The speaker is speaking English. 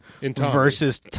versus-